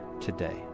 today